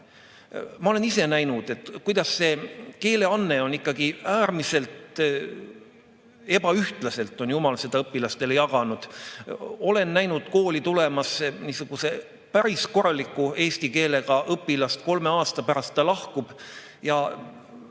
olen ise näinud, kuidas seda keeleannet ikkagi äärmiselt ebaühtlaselt on jumal õpilastele jaganud. Olen näinud kooli tulemas päris korraliku eesti keelega õpilast, kolme aasta pärast ta lahkub ja